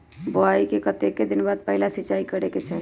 बोआई के कतेक दिन बाद पहिला सिंचाई करे के चाही?